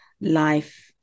life